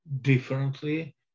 differently